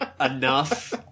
Enough